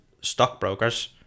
stockbrokers